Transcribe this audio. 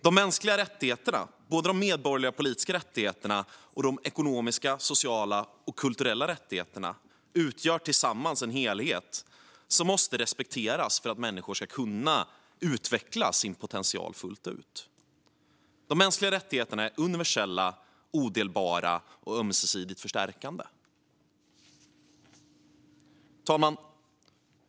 De mänskliga rättigheterna, både de medborgerliga och politiska rättigheterna och de ekonomiska, sociala och kulturella rättigheterna, utgör tillsammans en helhet som måste respekteras för att människor ska kunna utveckla sin potential fullt ut. De mänskliga rättigheterna är universella, odelbara och ömsesidigt förstärkande. Fru talman!